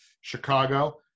Chicago